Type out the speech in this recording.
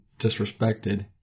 disrespected